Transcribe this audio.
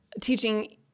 teaching